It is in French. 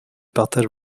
partage